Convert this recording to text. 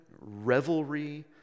revelry